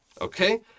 Okay